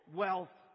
wealth